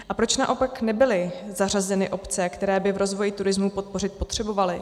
A proč naopak nebyly zařazeny obce, které by v rozvoji turismu podpořit potřebovaly?